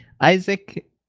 Isaac